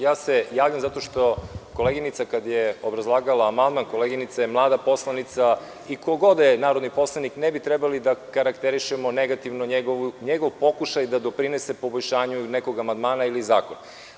Javljam se zato što koleginica kada je obrazlagala amandman, koleginica je mlada poslanica i ko god da je narodni poslanik ne bi trebali da karakterišemo negativno njegov pokušaj da doprinese poboljšanju nekog amandmana ili zakon.